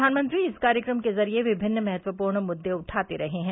प्रधानमंत्री इस कार्यक्रम के जरिए विभिन्न महत्वपूर्ण मुद्दे उठाते रहे हैं